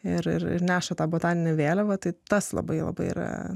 ir neša tą botaninę vėliavą tai tas labai labai yra